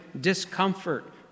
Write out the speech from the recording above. discomfort